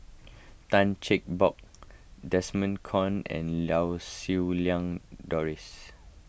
Tan Cheng Bock Desmond Kon and Lau Siew Lang Doris